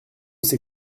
c’est